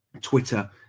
Twitter